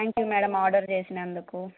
thank you madam order చేసినందుకు